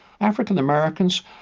African-Americans